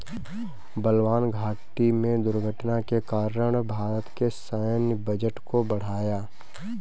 बलवान घाटी में दुर्घटना के कारण भारत के सैन्य बजट को बढ़ाया